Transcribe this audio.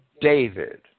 David